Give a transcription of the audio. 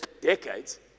decades